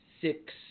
six